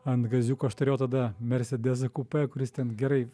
ant gaziuko aš turėjau tada mersedesą kupė kuris ten gerai